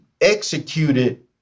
executed